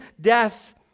death